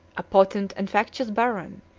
a potent and factious baron,